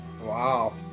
Wow